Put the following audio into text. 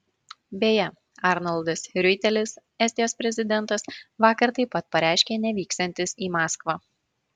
beje arnoldas riuitelis estijos prezidentas vakar taip pat pareiškė nevyksiantis į maskvą